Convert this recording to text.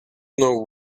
know